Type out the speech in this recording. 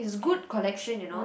it's a good collection you know